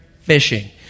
fishing